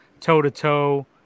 toe-to-toe